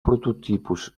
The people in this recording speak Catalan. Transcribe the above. prototipus